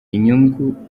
inyungu